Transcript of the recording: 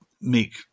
make